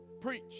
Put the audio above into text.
preach